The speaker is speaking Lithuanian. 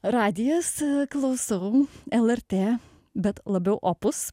radijas klausau lrt bet labiau opus